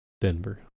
Denver